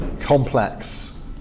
complex